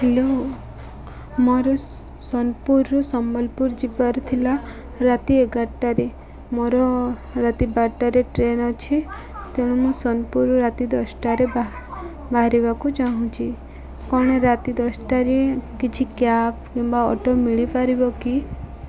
hello ମୋର ସୋନପୁରରୁ ସମ୍ବଲପୁର ଯିବାର ଥିଲା ରାତି ଏଗାରଟାରେ ମୋର ରାତି ବାରଟାରେ ଟ୍ରେନ୍ ଅଛି ତେଣୁ ମୁଁ ସୋନପୁରରୁ ରାତି ଦଶଟାରେ ବାହାରିବାକୁ ଚାହୁଁଛି କ'ଣ ରାତି ଦଶଟାରେ କିଛି କ୍ୟାବ୍ କିମ୍ବା ଅଟୋ ମିଳିପାରିବ କି